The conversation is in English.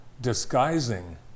disguising